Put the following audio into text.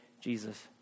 Jesus